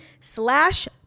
slash